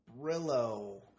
Brillo